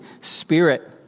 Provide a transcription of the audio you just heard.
Spirit